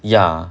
ya